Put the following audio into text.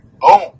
boom